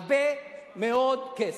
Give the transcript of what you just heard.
הרבה מאוד כסף.